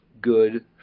good